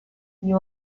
you